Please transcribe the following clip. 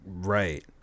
right